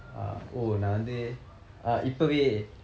uh oh நான் வந்து:naan vandthu uh இப்போவே:ippovae